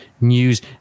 news